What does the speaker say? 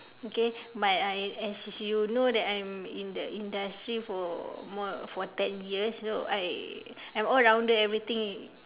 okay but I as you know that I am in the industry for more for ten years so I am all rounder everything